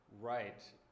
Right